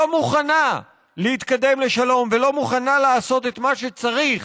לא מוכנה להתקדם לשלום ולא מוכנה לעשות את מה שצריך